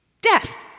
Death